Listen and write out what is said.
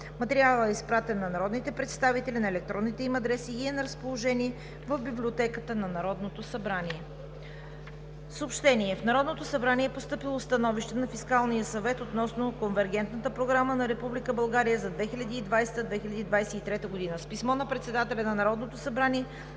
Материалът е изпратен на народните представители на електронните им адреси и е на разположение в Библиотеката на Народното събрание. В Народното събрание е постъпило Становище на Фискалния съвет относно Конвергентна програма на Република България за 2020 – 2023 г. С писмо на председателя на Народното събрание